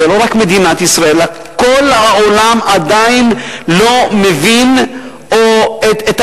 לא רק מדינת ישראל,